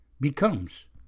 becomes